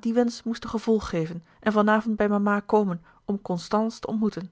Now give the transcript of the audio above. dien wensch moesten gevolg geven en van avond bij mama komen om constance te ontmoeten